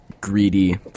greedy